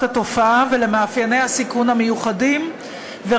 התופעה ולמאפייני הסיכון המיוחדים שלה,